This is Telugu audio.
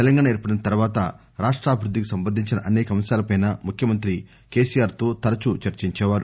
తెలంగాణ ఏర్పడిన తర్వాత రాష్టాభివృద్ధికి సంబంధించిన అనేక అంశాలపై ముఖ్యమంత్రి కేసీఆర్ తో తరచూ చర్సించేవారు